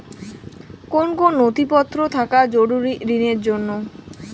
কোন কোন নথিপত্র থাকা জরুরি ঋণের জন্য?